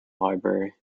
library